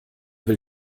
will